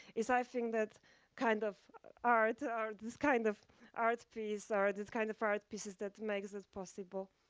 is, i think, that kind of art, or this kind of art piece or this kind of art pieces that makes it possible.